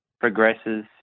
progresses